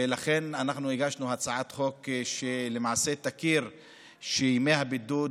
ולכן הגשנו הצעת חוק שלמעשה תכיר בכך שימי הבידוד,